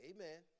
Amen